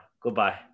goodbye